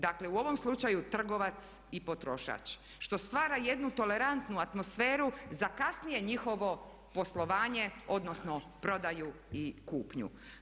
Dakle, u ovom slučaju trgovac i potrošač što stvara jednu tolerantnu atmosferu za kasnije njihovo poslovanje, odnosno prodaju i kupnju.